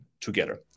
together